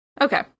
Okay